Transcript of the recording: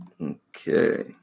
Okay